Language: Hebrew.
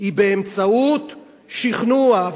היא באמצעות שכנוע,